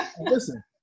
Listen